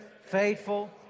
faithful